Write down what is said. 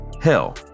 Hell